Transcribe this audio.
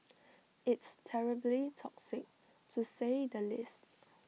it's terribly toxic to say the least